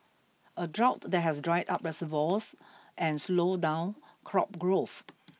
a drought there has dried up reservoirs and slowed down crop growth